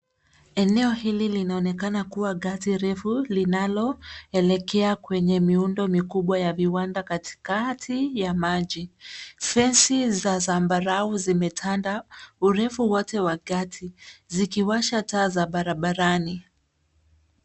Eneo hili linaonekana kuwa gati refu linaloelekea kwenye miundo mikubwa ya viwanda katikati ya maji. Fesi za zambarau zimetanda urefu wote wa gati zikiwasha taa za barabarani.